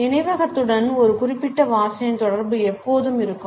நினைவகத்துடன் ஒரு குறிப்பிட்ட வாசனையின் தொடர்பு எப்போதும் இருக்கும்